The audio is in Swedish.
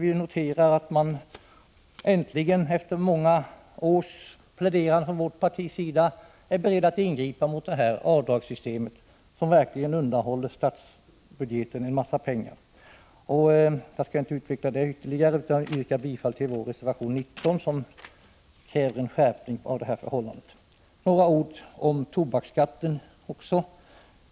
Vi noterar att man äntligen, efter många års pläderande från vårt parti, är beredd att ingripa mot detta avdragssystem, som verkligen undanhåller statsbudgeten en mängd pengar. Jag skall inte utveckla det ytterligare utan yrkar bifall till vår reservation 19, som kräver en skärpning på denna punkt. Jag vill säga några ord också om tobaksskatten.